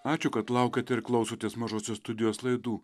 ačiū kad laukiat ir klausotės mažosios studijos laidų